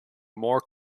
more